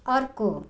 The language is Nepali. अर्को